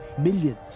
Millions